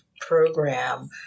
program